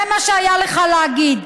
זה מה שהיה לך להגיד.